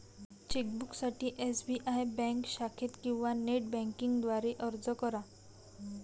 चेकबुकसाठी SBI bank शाखेत किंवा नेट बँकिंग द्वारे अर्ज करा